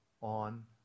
on